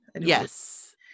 Yes